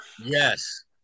Yes